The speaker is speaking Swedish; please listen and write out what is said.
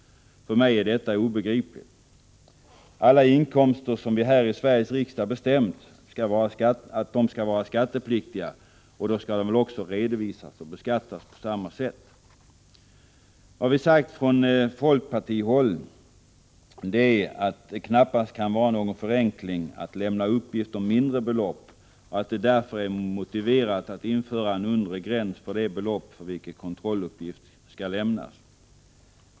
För mig är detta obegripligt. Alla inkomster som vi här i Sveriges riksdag bestämt skall vara skattepliktiga skall väl redovisas och beskattas på samma sätt. Vad vi sagt från folkpartihåll är att det knappast kan vara någon förenkling att lämna uppgift om mindre belopp och att det därför är motiverat att införa en undre gräns för det belopp för vilket kontrolluppgift skall lämnas.